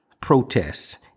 protests